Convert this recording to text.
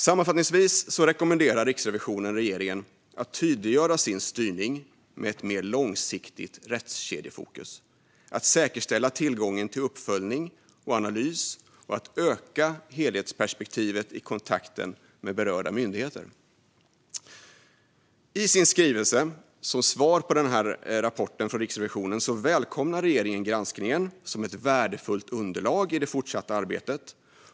Sammanfattningsvis rekommenderar Riksrevisionen regeringen att tydliggöra sin styrning med ett mer långsiktigt rättskedjefokus, att säkerställa tillgången till uppföljning och analys och att öka helhetsperspektivet i kontakten med berörda myndigheter. I sin skrivelse som svar på rapporten från Riksrevisionen välkomnar regeringen granskningen som ett värdefullt underlag i det fortsatta arbetet.